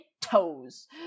toes